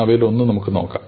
അവയിലൊന്ന് നമുക്ക് നോക്കാം